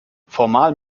formal